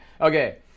Okay